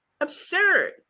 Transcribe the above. absurd